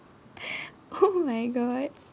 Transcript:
oh my god